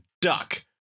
duck